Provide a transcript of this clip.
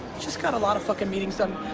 just got a lot of fuckin' meetings done.